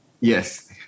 Yes